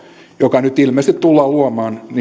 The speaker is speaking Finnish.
joka nyt ilmeisesti tullaan luomaan